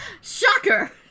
Shocker